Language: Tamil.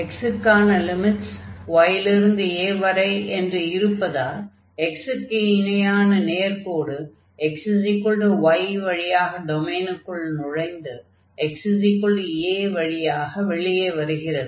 x க்கான லிமிட்ஸ் y லிருந்து a வரை என்று இருப்பதால் x க்கு இணையான நேர்க்கோடு x y வழியாக டொமைனுக்குள் நுழைந்து x a வழியாக வெளியே வருகிறது